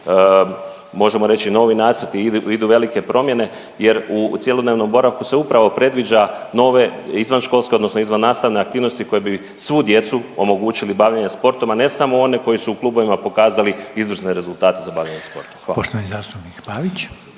možemo reći, novi nacrti, idu velike promjene jer u cjelodnevnom boravku se upravo predviđa nove izvanškolske odnosno izvannastavne aktivnosti koje bi svu djecu omogućili bavljenje sportom, a ne samo one koji su u klubovima pokazali izvrsne rezultate za bavljenje sportom. Hvala.